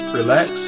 relax